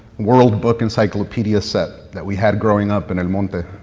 world book encyclopedia set that we had growing up in el monte,